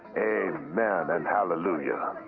amen and hallelujah.